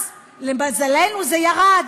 אז, למזלנו זה ירד.